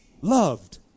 loved